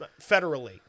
Federally